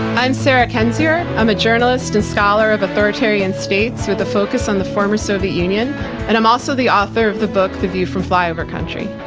i'm sarah kendzior. i'm a journalist, a scholar of authoritarian states with a focus on the former soviet union and i'm also the author of the book the view from flyover country.